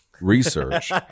research